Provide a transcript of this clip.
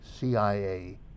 CIA